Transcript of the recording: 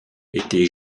était